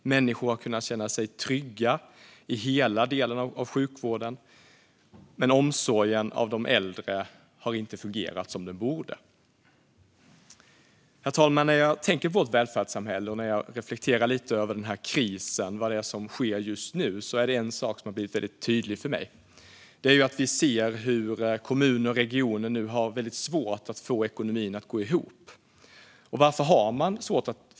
Människor har kunnat känna sig trygga i hela sjukvården. Men omsorgen om de äldre har inte fungerat som den borde. Herr talman! När jag tänker på vårt välfärdssamhälle och reflekterar över krisen och vad som sker just nu har en sak blivit väldigt tydlig för mig: Vi ser hur kommuner och regioner nu har väldigt svårt att få ekonomin att gå ihop. Varför är det så?